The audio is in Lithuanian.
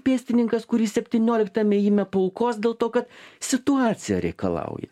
pėstininkas kurį septynioliktam ėjime paaukos dėl to kad situacija reikalauja